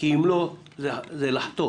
כי אם לא, זה לחטוא